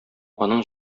аның